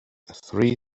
three